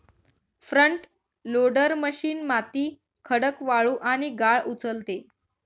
front loader machine माती, खडक, वाळू आणि गाळ उचलते